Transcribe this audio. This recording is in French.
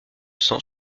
cent